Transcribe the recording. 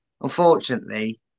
Unfortunately